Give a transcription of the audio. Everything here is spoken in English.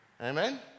Amen